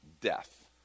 death